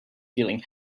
feeling